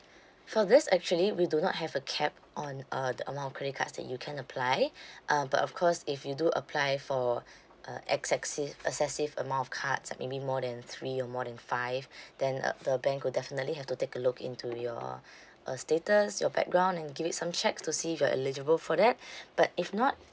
for this actually we do not have a cap on uh the amount of credit cards that you can apply um but of course if you do apply for uh excessive excessive amount of cards like maybe more than three or more than five then uh the bank will definitely have to take a look into your uh status your background and give it some checks to see if you're eligible for that but if not